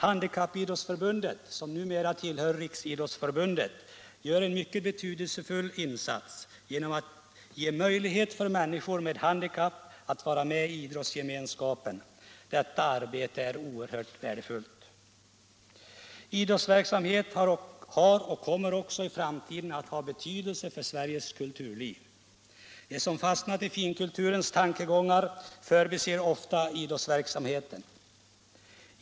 Handikappidrottsförbundet, som numera tillhör Riksidrottsförbundet, gör en mycket betydelsefull insats genom att ge möjlighet för människor med handikapp att vara med i idrottsgemenskapen. Detta arbete är oerhört värdefullt. Idrottsverksamheten har —- och kommer också i framtiden att ha — betydelse för Sveriges kulturliv. De som fastnat i ”finkulturens” tankegångar förbiser ofta idrottsverksamheten.